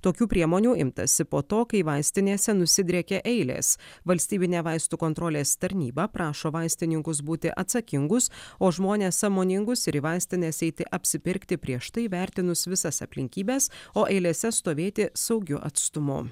tokių priemonių imtasi po to kai vaistinėse nusidriekė eilės valstybinė vaistų kontrolės tarnyba prašo vaistininkus būti atsakingus o žmonės sąmoningus ir į vaistines eiti apsipirkti prieš tai įvertinus visas aplinkybes o eilėse stovėti saugiu atstumu